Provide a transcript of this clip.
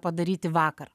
padaryti vakar